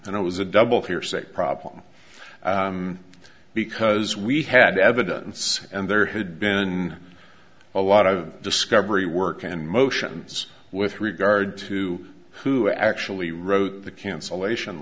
and it was a double hearsay problem because we had evidence and there had been a lot of discovery work and motions with regard to who actually wrote the cancellation